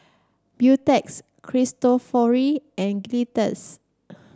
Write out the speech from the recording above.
Beautex Cristofori and Gillette